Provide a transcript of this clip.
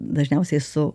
dažniausiai su